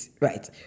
Right